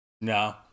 No